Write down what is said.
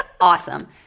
awesome